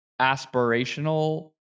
aspirational